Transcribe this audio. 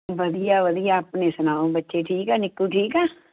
ਵਧੀਆ ਵਧੀਆ ਆਪਣੀ ਸੁਣਾਓ ਬੱਚੇ ਠੀਕ ਆ ਨਿੱਕੂ ਠੀਕ ਆ